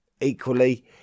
Equally